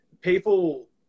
people